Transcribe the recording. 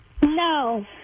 No